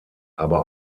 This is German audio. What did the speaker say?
aber